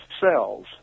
cells